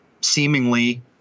seemingly